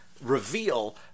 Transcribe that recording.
reveal